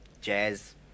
Jazz